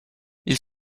ils